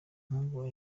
nk’ubu